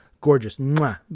gorgeous